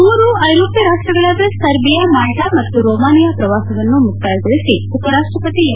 ಮೂರು ಐರೋಪ್ಯ ರಾಷ್ಟ್ರಗಳಾದ ಸರ್ಬಿಯಾ ಮಾಲ್ಚಾ ಮತ್ತು ರೊಮಾನಿಯಾ ಪ್ರವಾಸವನ್ನು ಮುಕ್ತಾಯಗೊಳಿಸಿ ಉಪರಾಷ್ಟ ಪತಿ ಎಂ